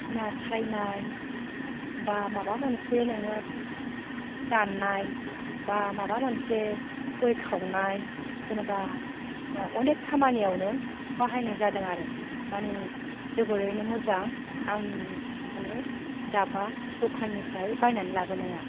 ना सायनाय बा माबा मोनसे नोङो दाननाय बा माबा मोनसे नोङो गय खावनाय जेनेबा अनेक खामानियावनो बाहायनाय जादों आरो मानि जोबोरैनो मोजां आंनि मानि दाबा दखाननिफ्राय बायनानै लाबोनाया